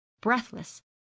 breathless